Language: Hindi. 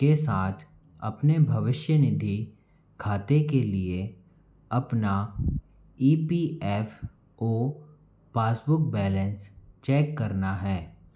के साथ अपने भविष्यनिधि खाते के लिए अपना E P F O passbook balance check करना है